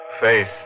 face